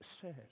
says